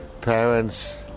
parents